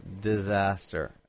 disaster